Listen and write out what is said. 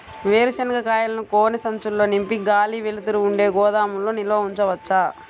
వేరుశనగ కాయలను గోనె సంచుల్లో నింపి గాలి, వెలుతురు ఉండే గోదాముల్లో నిల్వ ఉంచవచ్చా?